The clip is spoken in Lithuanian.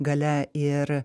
galia ir